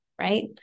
right